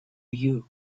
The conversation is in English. you